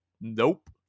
Nope